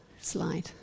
slide